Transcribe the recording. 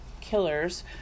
killers